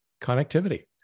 connectivity